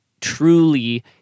truly